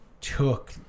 took